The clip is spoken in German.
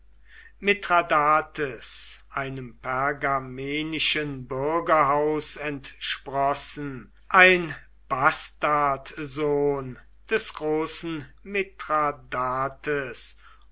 mithradates einem pergamenischen bürgerhaus entsprossen ein bastardsohn des großen